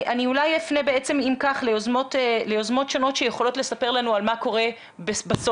אז אני אפנה אם כך ליוזמות שונות שיכולות לספר לנו על מה קורה בסוף,